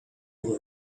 over